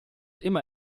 immer